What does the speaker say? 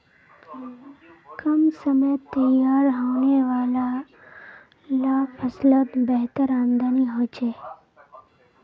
कम समयत तैयार होने वाला ला फस्लोत बेहतर आमदानी होछे